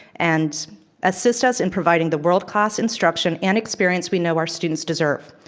and assist us in providing the world class instruction and experience we know our students deserve.